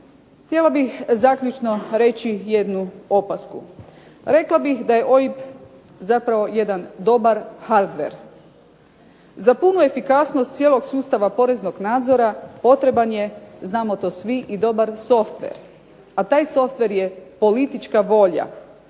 Htjela bih zaključno reći jednu opasku. Rekla bih daje OIB zapravo jedan dobar hardver. Za punu efikasnost cijelog sustava poreznog nadzora, potreban je, znamo to svi, i dobar softver, a taj softver je politička volja.